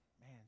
man